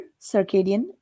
circadian